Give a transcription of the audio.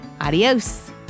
Adios